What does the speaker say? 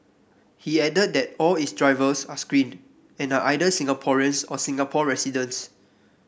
he added that all its drivers are screened and are either Singaporeans or Singapore residents